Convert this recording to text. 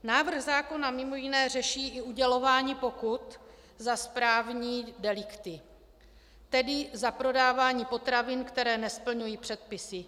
Návrh zákona mj. řeší i udělování pokut za správní delikty, tedy za prodávání potravin, které nesplňují předpisy.